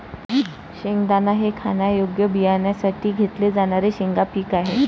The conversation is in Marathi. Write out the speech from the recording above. शेंगदाणा हे खाण्यायोग्य बियाण्यांसाठी घेतले जाणारे शेंगा पीक आहे